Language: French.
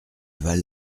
val